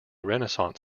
renaissance